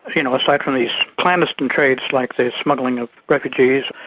you know aside from these clandestine trades like the smuggling of refugees,